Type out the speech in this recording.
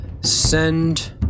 Send